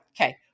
Okay